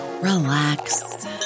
relax